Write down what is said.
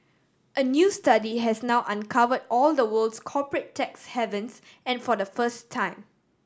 a new study has now uncover all the world's corporate tax havens and for the first time